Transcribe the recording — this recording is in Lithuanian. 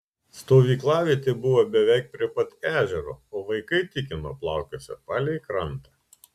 stovyklavietė buvo beveik prie pat ežero o vaikai tikino plaukiosią palei krantą